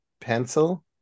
pencil